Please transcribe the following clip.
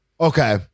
Okay